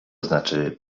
znaczy